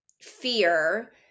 fear